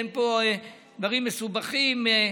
אין פה דברים מסובכים.